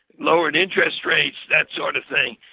lowered interest rates, that sort of thing,